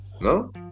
No